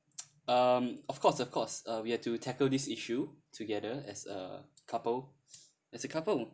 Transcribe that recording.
um of course of course we have to tackle this issue together as a couple as a couple